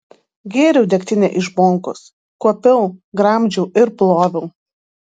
gėriau degtinę iš bonkos kuopiau gramdžiau ir ploviau